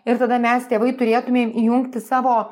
ir tada mes tėvai turėtumėm įjungti savo